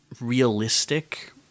realistic